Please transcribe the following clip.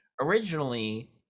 originally